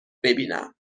ببینم